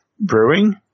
Brewing